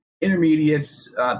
Intermediates